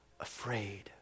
afraid